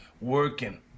working